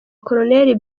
col